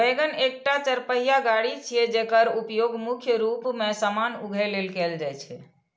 wagon एकटा चरपहिया गाड़ी छियै, जेकर उपयोग मुख्य रूप मे सामान उघै लेल कैल जाइ छै